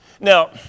Now